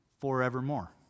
forevermore